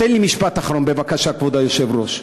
תן לי משפט אחרון, בבקשה, כבוד היושב-ראש.